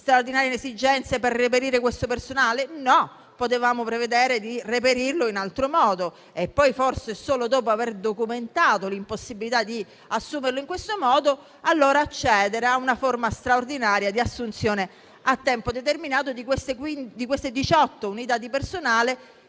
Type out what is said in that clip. Straordinarie esigenze per reperire questo personale? No: potevamo prevedere di reperirlo in altro modo e poi, forse, solo dopo aver documentato l'impossibilità di assumerlo in questo modo, accedere a una forma straordinaria di assunzione a tempo determinato delle diciotto unità di personale;